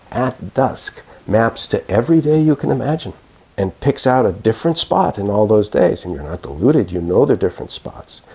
at dusk maps to every day you can imagine and picks out a different spot in all those days. and you're not deluded, you know they are different spots,